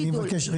אני מבקש,